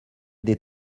des